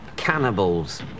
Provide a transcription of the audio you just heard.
Cannibals